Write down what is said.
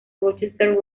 rochester